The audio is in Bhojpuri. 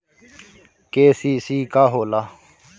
के.सी.सी का होला?